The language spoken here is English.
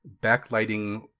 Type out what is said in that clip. backlighting